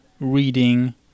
reading